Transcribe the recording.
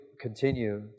continue